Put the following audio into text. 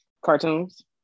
cartoons